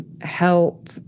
help